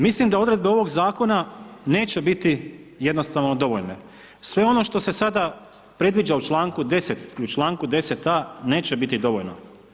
Mislim da odredbe ovog zakona neće biti jednostavno dovoljne, sve ono što se sada predviđa u članku 10. i u članku 10a. neće biti dovoljno.